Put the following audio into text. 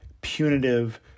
punitive